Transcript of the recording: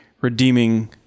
redeeming